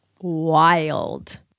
wild